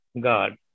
God